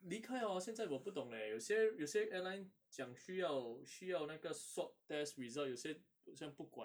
离开 hor 现在我不懂 leh 有些有些 airline 讲需要需要那个 swab test result 有些好像不管